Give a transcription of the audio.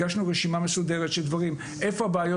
הגשנו רשימה מסודרת של דברים, איפה הבעיות